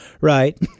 right